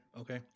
okay